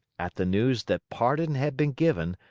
at the news that pardon had been given,